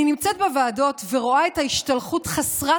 אני נמצאת בוועדות ורואה את ההשתלחות חסרת